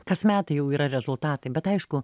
kas metai jau yra rezultatai bet aišku